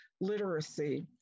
literacy